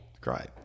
Great